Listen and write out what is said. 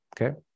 okay